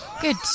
Good